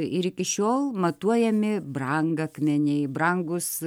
ir iki šiol matuojami brangakmeniai brangūs